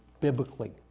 biblically